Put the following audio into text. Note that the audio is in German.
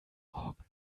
morgen